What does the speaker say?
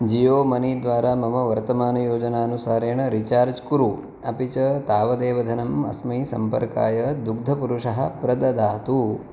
Jio money द्वारा मम वर्तमानयोजनानुसारेण रिचार्ज् कुरु अपि च तावदेव धनम् अस्मै सम्पर्काय दुग्धपुरुषः प्रददातु